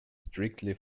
strictly